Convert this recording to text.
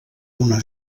una